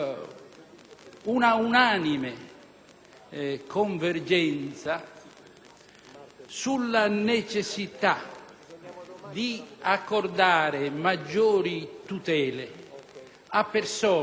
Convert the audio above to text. di accordare maggiori tutele a persone che, per rendere un servizio alla giustizia, hanno già accettato lo sconvolgimento